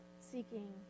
seeking